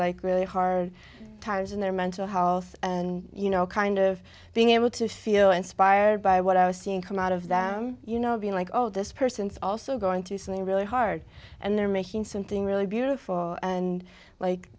like really hard times in their mental health and you know kind of being able to feel inspired by what i was seeing come out of them you know being like oh this person's also going to something really hard and they're making something really beautiful and like